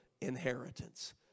inheritance